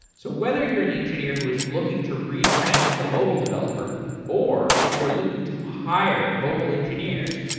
so whether you're an engineer who's looking to retrain as a mobile developer or if you're looking to hire mobile engineers,